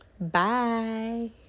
Bye